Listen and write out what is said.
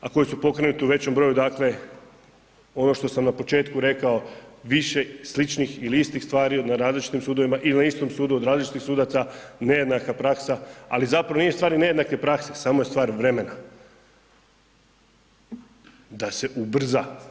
A koji su pokrenuti u većem broju, dakle ono što sam na početku rekao više sličnih ili istih stvari na različitim sudovima ili na istom sudu od različitih sudaca, nejednaka praksa, ali zapravo nije stvar ni nejednake prakse, samo je stvar vremena, da se ubrza.